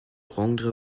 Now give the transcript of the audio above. rendre